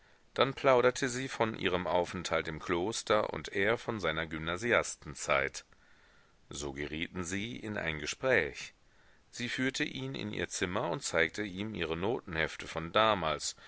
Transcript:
dann plauderte sie von ihrem aufenthalt im kloster und er von seiner gymnasiastenzeit so gerieten sie in ein gespräch sie führte ihn in ihr zimmer und zeigte ihm ihre notenhefte von damals